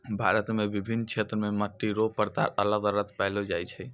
भारत मे विभिन्न क्षेत्र मे मट्टी रो प्रकार अलग अलग पैलो जाय छै